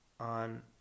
on